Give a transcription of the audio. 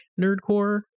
nerdcore